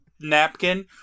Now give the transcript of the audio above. napkin